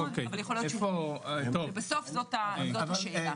בסוף זאת השאלה.